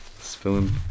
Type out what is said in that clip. Spilling